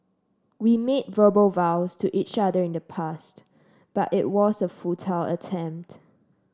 we made verbal vows to each other in the past but it was a futile attempt